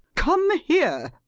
come here.